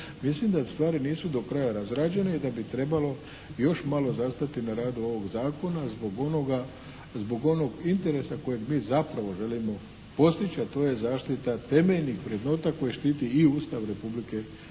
mislim da stvari nisu do kraja razrađene i da bi trebalo još malo zastati na radu ovog zakona zbog onoga, zbog onoga interesa kojeg mi zapravo želimo postići a to je zaštita temeljnih vrednota koje štiti i Ustav Republike